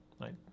right